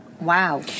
Wow